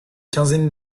quinzaine